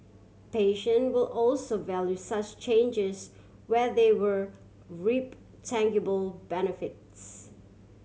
patient will also value such changes where they were reap tangible benefits